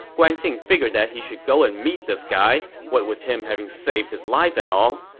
guan xing figured that he should go and meet this guy, what with him having saved his life and all.